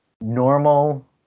Normal